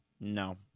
No